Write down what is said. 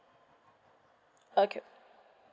okay